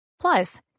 Plus